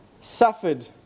suffered